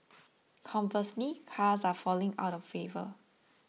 conversely cars are falling out of favour